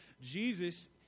Jesus